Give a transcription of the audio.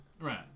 right